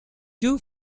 two